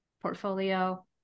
portfolio